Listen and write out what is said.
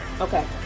okay